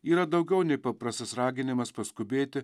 yra daugiau nei paprastas raginimas paskubėti